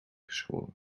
geschoren